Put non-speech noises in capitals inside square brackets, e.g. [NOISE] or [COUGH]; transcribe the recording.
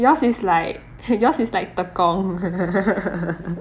yours is like yours is like tekong [LAUGHS]